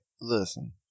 Listen